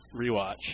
rewatch